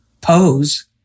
pose